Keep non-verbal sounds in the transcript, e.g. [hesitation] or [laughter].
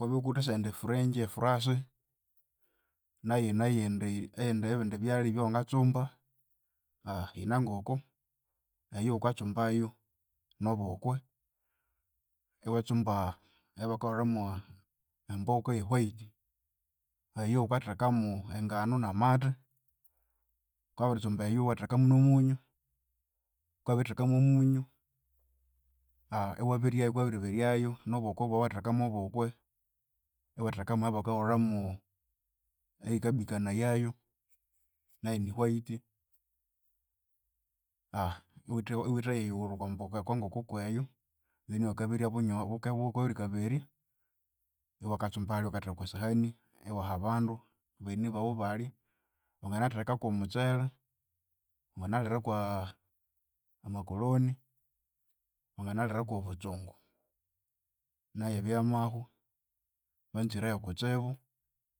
Wukabya wukathasyaghenda e French e France, nayu yine eyindi byalya ebyawanginatsumba [hesitation] yine enkoko, eyu wukatsumbayu nobwokwe, iwatsumba eyabakahulhamwa emboka eye white eyo wukathekamu engano namathi, wukabya wabiritsumba eyo iwathekamu nomunyu, wukawabitheka momunyu [hesitation] iwaberyayu wukabya wabiriberyayu iwatheka mu nobwokwe, iwathekamu eyabakahulhamu, eyikabikanayayo nayu ni white [hesitation] iwutha iwutheyeyighulhu okwamboka okwankonko kweyu then iwakeberya bunyoho buke buke then wabirikaberya iwakatsumba halya iwakatheka okosahani iwaha abandu bagheni baghu ibalya, wangina thekaku omutsele, wanginaliraku amakoloni, wanginaliraku obutsungu nayu byamahwa banzire yokutsibu.